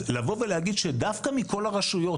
אז לבוא ולהגיד שדווקא מכל הרשויות,